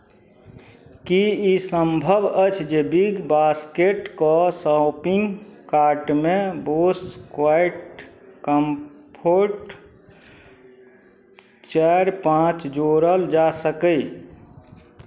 की ई सम्भव अछि जे बिग बास्केटके शॉपिंग कार्टमे बोस क्वाइट कम्फोर्ट चारि पाँच जोड़ल जा सकय